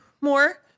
more